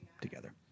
together